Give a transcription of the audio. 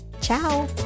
Ciao